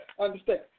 understand